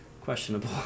questionable